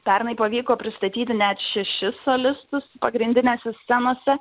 pernai pavyko pristatyti net šešis solistus pagrindinėse scenose